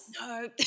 No